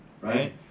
right